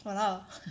!walao!